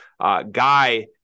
Guy